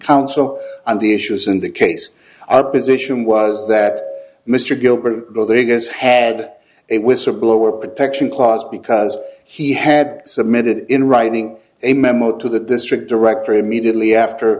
counsel on the issues and the case our position was that mr gilbert go that he has had a whistleblower protection clause because he had submitted in writing a memo to the district director immediately after